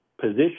position